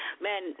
Man